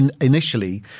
initially